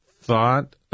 thought